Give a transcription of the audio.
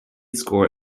score